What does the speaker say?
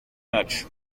match